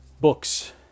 books